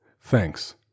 thanks